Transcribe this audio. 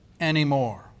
anymore